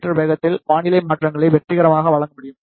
me வேகத்தில் வானிலை மாற்றங்களை வெற்றிகரமாக வழங்க முடியும்